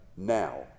now